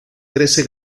trece